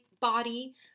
body